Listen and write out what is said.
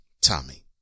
Tommy